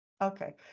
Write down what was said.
Okay